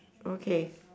okay